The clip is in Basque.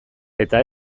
eta